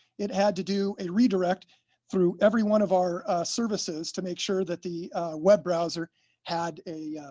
it had to do a redirect through every one of our services to make sure that the web browser had a